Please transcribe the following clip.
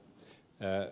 minusta ed